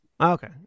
Okay